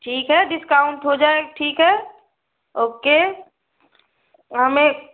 ठीक है डिस्काउंट हो जाए ठीक है ओके हमें